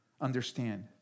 understand